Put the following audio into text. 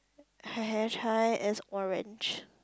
her hair tie is orange